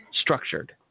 structured